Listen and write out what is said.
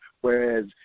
whereas